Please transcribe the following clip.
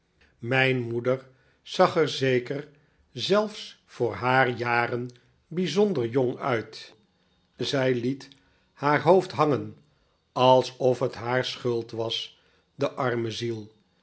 mijn moeder zag er zeker zelfs voor haar jaren bijzonder jong uit zij liet haar hoofd hangen alsof het haar schuld was de arme ziel